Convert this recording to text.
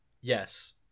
Yes